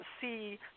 See